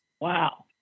Wow